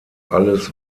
alles